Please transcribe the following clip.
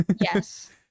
Yes